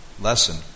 lesson